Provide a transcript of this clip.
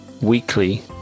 weekly